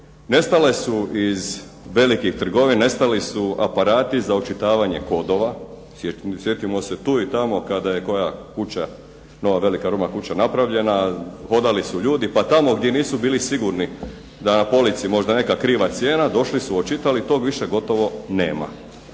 Nestale su iz velikih trgovina, nestali su aparati za očitavanje kodova. Sjetimo se tu i tamo kada je koja kuća, nova velika robna kuća napravljena hodali su ljudi, pa tamo gdje nisu bili sigurni da je na polici možda neka kriva cijena, došli su, očitali. Tog više gotovo nema